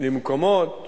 למקומות